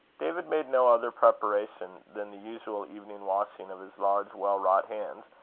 david made no other preparation than the usual evening washing of his large well-wrought hands,